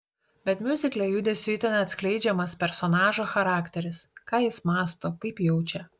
bet miuzikle judesiu itin atskleidžiamas personažo charakteris ką jis mąsto kaip jaučia